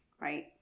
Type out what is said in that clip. right